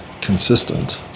consistent